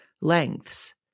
lengths